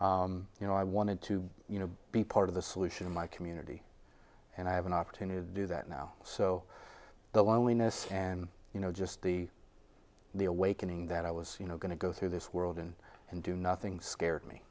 you know i wanted to you know be part of the solution in my community and i have an opportunity to do that now so the loneliness and you know just the the awakening that i was you know going to go through this world and and do nothing scared me